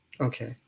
okay